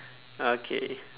okay